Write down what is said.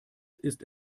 ist